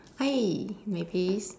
hi Mayvis